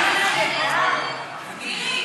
ההצעה להעביר את הצעת חוק להסדר ההימורים בספורט (תיקון מס' 7,